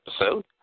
episode